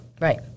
Right